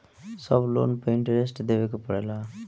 सब लोन पर इन्टरेस्ट देवे के पड़ेला?